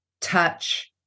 touch